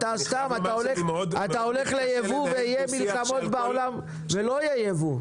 אתה סתם הולך לייבוא ויהיו מלחמות בעולם שלא יאפשרו ייבוא.